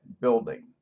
building